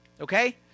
okay